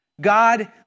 God